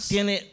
Tiene